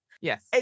yes